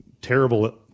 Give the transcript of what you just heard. terrible